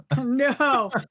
No